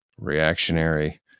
reactionary